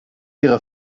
ihrer